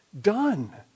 done